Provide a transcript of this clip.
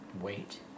wait